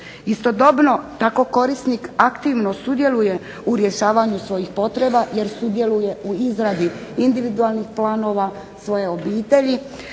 Istodobno tako korisnik aktivno sudjeluje u rješavanju svojih potreba jer sudjeluje u izradi individualnih planova svoje obitelji,